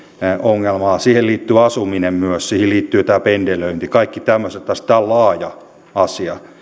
ongelmaa liittyy asuminen myös siihen liittyy tämä pendelöinti kaikki tämmöiset tämä on laaja asia